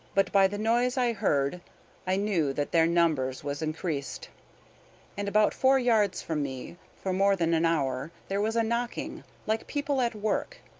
but by the noise i heard i knew that their number was increased and about four yards from me, for more than an hour, there was a knocking, like people at work.